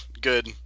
good